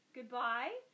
Goodbye